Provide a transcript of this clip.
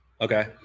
Okay